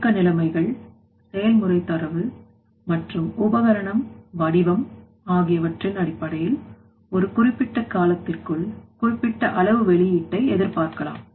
இயக்க நிலைமைகள் செயல்முறை தரவு மற்றும் உபகரணம் வடிவம் ஆகியவற்றின் அடிப்படையில் ஒரு குறிப்பிட்ட காலத்திற்குள் குறிப்பிட்ட அளவு வெளியீட்டை எதிர்பார்க்கலாம்